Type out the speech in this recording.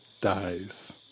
dies